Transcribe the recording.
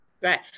Right